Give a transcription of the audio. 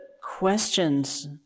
questions